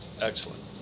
Excellent